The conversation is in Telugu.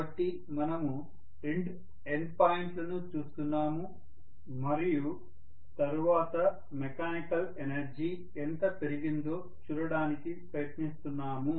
కాబట్టి మనము రెండు ఎండ్ పాయింట్లను చూస్తున్నాము మరియు తరువాత మెకానికల్ వర్క్ ఎంత పెరిగిందో చూడటానికి ప్రయత్నిస్తున్నాము